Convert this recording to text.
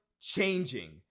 changing